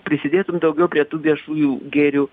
prisidėtum daugiau prie tų viešųjų gėrių